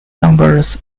numbers